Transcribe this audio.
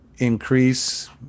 increase